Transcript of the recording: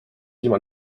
ilma